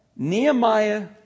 Nehemiah